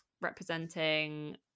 representing